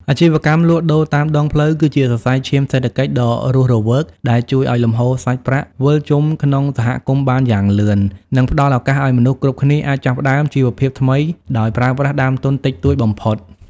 អាជីវកម្មលក់ដូរតាមដងផ្លូវគឺជាសរសៃឈាមសេដ្ឋកិច្ចដ៏រស់រវើកដែលជួយឱ្យលំហូរសាច់ប្រាក់វិលជុំក្នុងសហគមន៍បានយ៉ាងលឿន និងផ្ដល់ឱកាសឱ្យមនុស្សគ្រប់គ្នាអាចចាប់ផ្ដើមជីវភាពថ្មីដោយប្រើប្រាស់ដើមទុនតិចតួចបំផុត។